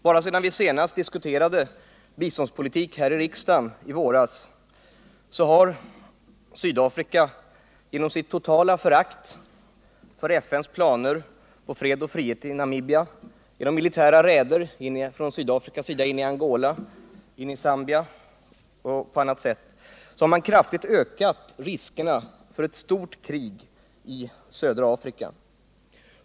Bara sedan vi senast diskuterade biståndspolitik här i riksdagen i våras har Sydafrika genom sitt totala förakt för FN:s planer för fred och frihet i Namibia, genom militära räder in i Angola och Zambia och på annat sätt kraftigt ökat riskerna för ett stort krig i södra Afrika.